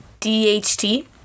DHT